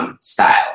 style